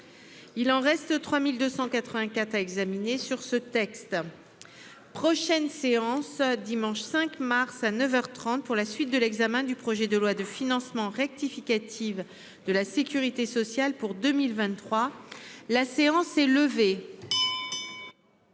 Il en reste 3284 à examiner sur ce texte. Prochaine séance dimanche 5 mars à 9h 30 pour la suite de l'examen du projet de loi de financement rectificative de la Sécurité sociale pour 2023. La séance est levée.